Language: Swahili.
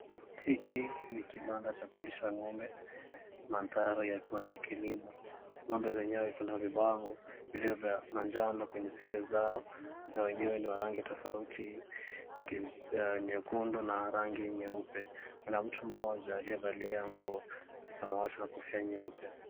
Hiki ni kibanda cha kulisha ng'ombe. Mandhari yakiwa ni ya kilimo. Ng'ombe zenyewe ziko na vibango vilivyo vya manjano kwenye sikio zao na wenyewe ni wa rangi tofauti, nyekundu na rangi nyeupe. Kuna mtu mmoja aliyevalia nguo ya samawati na kofia nyeupe.